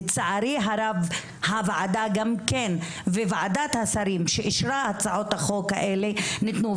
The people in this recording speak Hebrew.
לצערי הרב הוועדה - וגם ועדת השרים שאישרה את הצעות החוק האלה נתנה.